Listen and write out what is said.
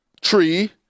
tree